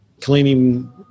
cleaning